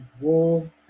war